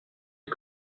est